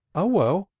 oh, well,